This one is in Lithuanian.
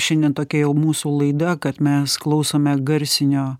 šiandien tokia jau mūsų laida kad mes klausome garsinio